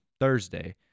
Thursday